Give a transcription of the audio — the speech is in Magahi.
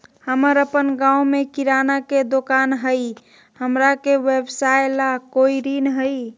हमर अपन गांव में किराना के दुकान हई, हमरा के व्यवसाय ला कोई ऋण हई?